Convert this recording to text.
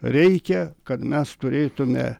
reikia kad mes turėtume